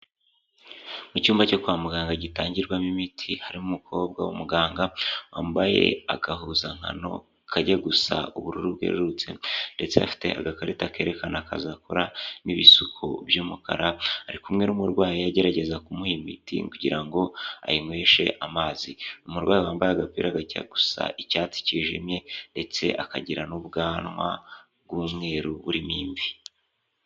Mu cyumba cyo kwa muganga gitangirwamo imiti harimo umukobwa w'umuganga wambaye agahuzankano kajya gusa ubururu bwerurutse ndetse afite agakarita kerekana akazi akora n'ibisuko by'umukara. Ari kumwe n'umurwayi agerageza kumuha imiti kugira ngo ayinyweshe amazi. Umurwayi wambaye agapira kajya gusa icyatsi cyijimye ndetse akagira n'ubwanwa bw'umweru burimo imvi.